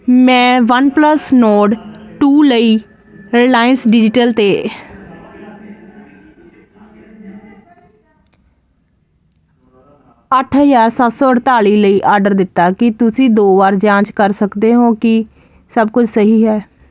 ਮੈਂ OnePlus Nord two ਲਈ Reliance Digital 'ਤੇ ਅੱਠ ਹਜ਼ਾਰ ਸੱਤ ਸੌ ਅਠਤਾਲੀ ਲਈ ਆਰਡਰ ਦਿੱਤਾ ਕੀ ਤੁਸੀਂ ਦੋ ਵਾਰ ਜਾਂਚ ਕਰ ਸਕਦੇ ਹੋ ਕਿ ਸਭ ਕੁਝ ਸਹੀ ਹੈ